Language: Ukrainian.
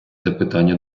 запитання